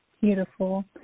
Beautiful